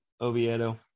Oviedo